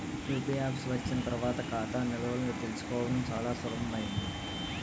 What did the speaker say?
UPI apps వచ్చిన తర్వాత ఖాతా నిల్వలు తెలుసుకోవడం చాలా సులభమైంది